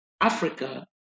Africa